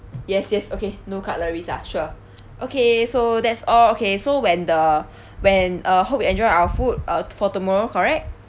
yes yes okay no cutleries ah sure okay so that's all okay so when the when uh hope you enjoy our food uh for tomorrow correct